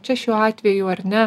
čia šiuo atveju ar ne